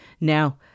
Now